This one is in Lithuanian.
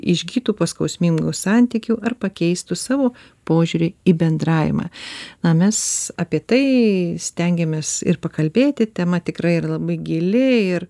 išgytų po skausmingų santykių ar pakeistų savo požiūrį į bendravimą na mes apie tai stengiamės ir pakalbėti tema tikrai ir labai gili ir